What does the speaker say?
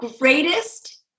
greatest